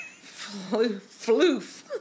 floof